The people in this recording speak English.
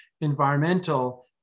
environmental